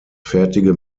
fertige